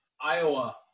Iowa